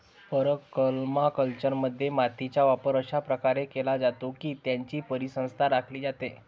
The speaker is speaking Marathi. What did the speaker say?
परमाकल्चरमध्ये, मातीचा वापर अशा प्रकारे केला जातो की त्याची परिसंस्था राखली जाते